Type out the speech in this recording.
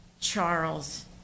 Charles